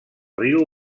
riu